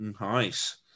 nice